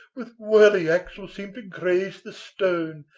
with whirling axle seemed to graze the stone,